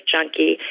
Junkie